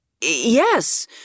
Yes